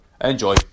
Enjoy